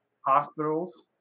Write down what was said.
hospitals